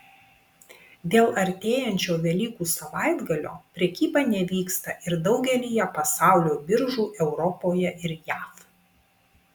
dėl artėjančio velykų savaitgalio prekyba nevyksta ir daugelyje pasaulio biržų europoje ir jav